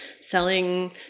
selling